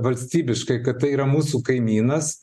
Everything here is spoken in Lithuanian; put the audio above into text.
valstybiškai kad tai yra mūsų kaimynas